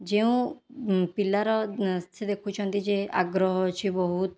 ଯେଉଁ ପିଲାର ସେ ଦେଖୁଛନ୍ତି ଯେ ଆଗ୍ରହ ଅଛି ବହୁତ